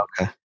Okay